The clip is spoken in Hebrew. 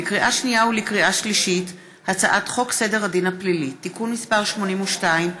לקריאה שנייה ולקריאה שלישית: הצעת חוק סדר הדין הפלילי (תיקון מס' 82),